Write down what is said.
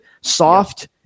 soft